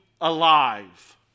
alive